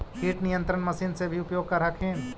किट नियन्त्रण मशिन से भी उपयोग कर हखिन?